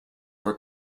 were